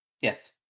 Yes